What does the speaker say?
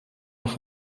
nach